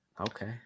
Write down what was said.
Okay